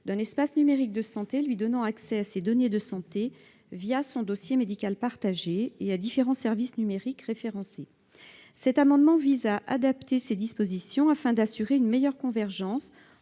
d'un espace numérique de santé lui donnant accès à ses données de santé son dossier médical partagé et à différents services numériques référencés. Cet amendement vise à adapter ces dispositions afin d'assurer une meilleure convergence